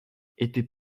était